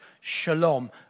shalom